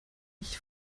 ich